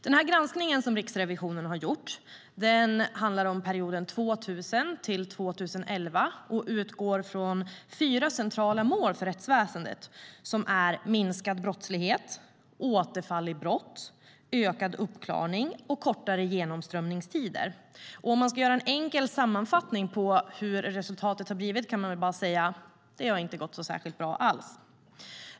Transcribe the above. Den granskning som Riksrevisionen gjort gäller perioden 2000-2011 och utgår från fyra centrala mål för rättsväsendet, nämligen minskad brottslighet, återfall i brott, ökad uppklarning och kortare genomströmningstider. Om man ska göra en enkel sammanfattning av resultatet kan man säga att det inte alls gått särskilt bra.